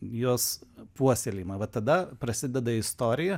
jos puoselėjimą va tada prasideda istorija